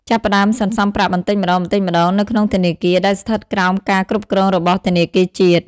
ចាប់ផ្តើមសន្សំប្រាក់បន្តិចម្តងៗនៅក្នុងធនាគារដែលស្ថិតក្រោមការគ្រប់គ្រងរបស់ធនាគារជាតិ។